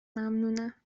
ممنونم